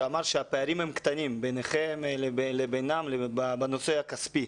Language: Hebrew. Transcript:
שאמר שהפערים קטנים ביניכם לבינם בנושא הכספי.